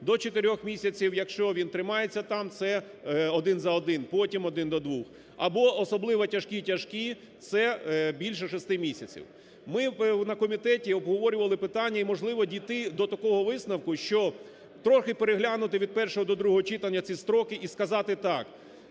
до 4 місяців, якщо він тримається там, це – один за один, потім – один до двох. Або особливо тяжкі і тяжкі, це більше 6 місяців. Ми на комітеті обговорювали питання і можливо дійти до такого висновку, що трохи переглянути від першого до другого читання ці строки і сказати так: